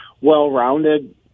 well-rounded